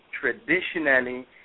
Traditionally